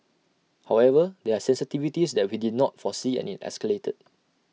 however there are sensitivities that we did not foresee and IT escalated